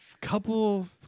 couple